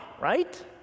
right